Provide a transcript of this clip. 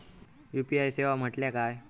UPI सेवा म्हटल्या काय?